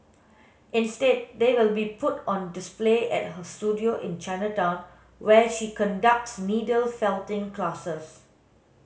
instead they will be put on display at her studio in Chinatown where she conducts needle felting classes